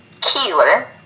Keeler